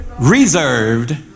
Reserved